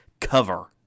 cover